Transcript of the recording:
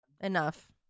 Enough